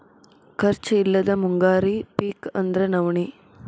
ಖರ್ಚ್ ಇಲ್ಲದ ಮುಂಗಾರಿ ಪಿಕ್ ಅಂದ್ರ ನವ್ಣಿ